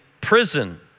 prison